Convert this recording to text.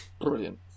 Brilliant